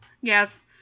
yes